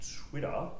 Twitter